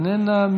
איננה.